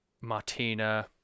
Martina